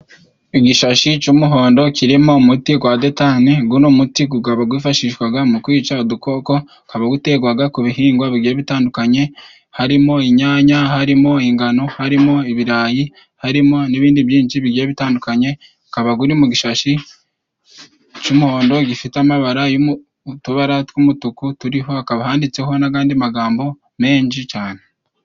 Igishashi c'umuhondo kirimo umuti gwa detane, guno muti gukaba gwifashishwaga mu kwica udukoko gukaba gutegwaga ku bihingwa bitandukanye, harimo inyanya, harimo ingano, harimo ibirayi, harimo n'ibindi byinshi bigiye bitandukanye. Gukaba guri mu gishashi c'umuhondo, gifite amabara y'utubara tw'umutuku, turiho hakaba handitseho n'andi magambo menshi cane.